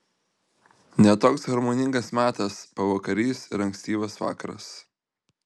ne toks harmoningas metas pavakarys ir ankstyvas vakaras